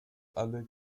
alle